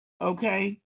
Okay